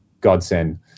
godsend